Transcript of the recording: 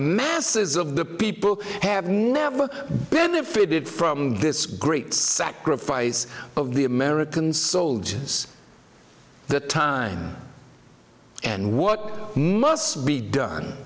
masses of the people have never been there fitted from this great sacrifice of the american soldiers the time and what must be done